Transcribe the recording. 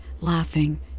laughing